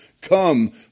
come